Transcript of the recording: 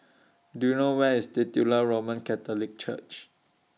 Do YOU know Where IS Titular Roman Catholic Church